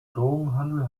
drogenhandel